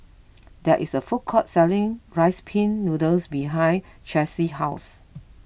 there is a food court selling Rice Pin Noodles behind Chelsi's house